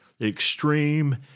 extreme